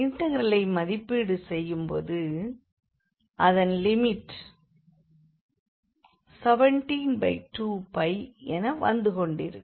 இண்டெக்ரலை மதிப்பீடு செய்யும் போது அதன் லிமிட் 172என வந்து கொண்டிருக்கும்